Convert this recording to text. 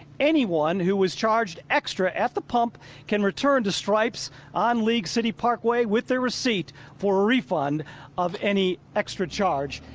anyone who was charged extra at the pump can return to stripes on league city parkway with their receipt for a refund of any extra charge.